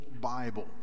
Bible